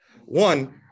One